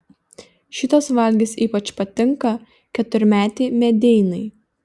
šitas valgis ypač patinka keturmetei medeinai